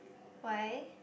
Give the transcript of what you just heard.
why